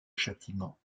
châtiment